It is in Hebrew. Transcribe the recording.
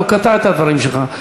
לא קטע את הדברים שלך.